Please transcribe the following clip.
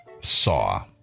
saw